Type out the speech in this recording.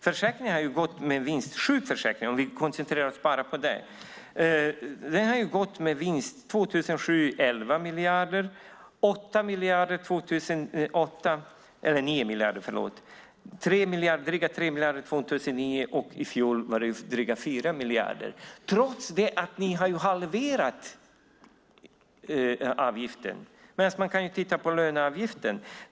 Om vi koncentrerar oss bara på sjukförsäkringen: Den har gått med vinst på 11 miljarder år 2007, 9 miljarder år 2008, drygt 3 miljarder år 2009 och drygt 4 miljarder i fjol, trots att ni har halverat avgiften. Man kan titta på löneavgiften.